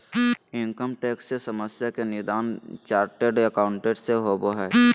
income tax से समस्या के निदान चार्टेड एकाउंट से होबो हइ